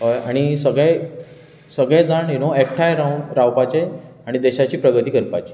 हय आनी सगळें सगळें जाण यू नो एकठांय रावन रावपाचें आनी देशाची प्रगती करपाची